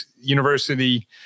University